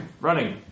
Running